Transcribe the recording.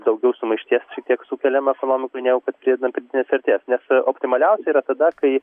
daugiau sumaišties šiek tiek sukeliam ekonomikoj negu kad pridedam pridėtinės vertės nes optimaliausia yra tada kai